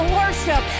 worship